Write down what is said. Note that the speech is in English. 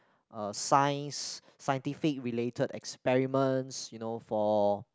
uh science scientific related experiments you know for